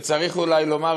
וצריך אולי לומר,